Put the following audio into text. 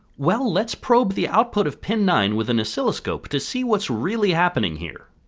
well, let's probe the output of pin nine with an oscilloscope to see what's really happening here.